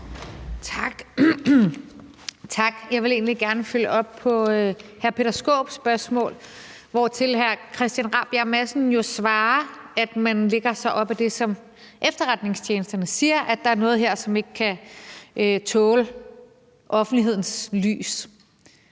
Tak. Jeg vil egentlig gerne følge op på hr. Peter Skaarups spørgsmål, hvortil hr. Christian Rabjerg Madsen jo svarer, at man lægger sig op ad det, som efterretningstjenesten siger, altså at der her er noget, som ikke kan tåle offentlighedens lys.